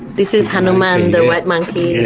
this is hanoman, the white monkey.